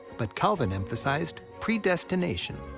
but calvin emphasized predestination,